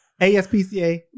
ASPCA